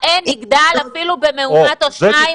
ה-N יגדל אפילו במאומת או שניים?